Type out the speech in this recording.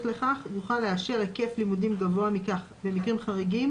לכך יוכל לאשר היקף לימודים גבוה מכך במקרים חריגים